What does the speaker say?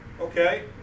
Okay